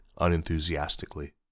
unenthusiastically